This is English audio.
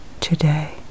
today